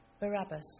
Barabbas